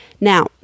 Now